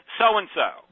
so-and-so